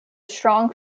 strong